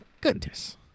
Goodness